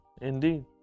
indeed